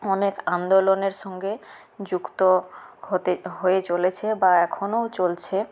অনেক আন্দোলনের সঙ্গে যুক্ত হতে হয়ে চলেছে বা এখনও চলছে